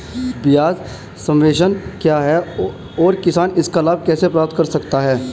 ब्याज सबवेंशन क्या है और किसान इसका लाभ कैसे प्राप्त कर सकता है?